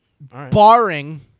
Barring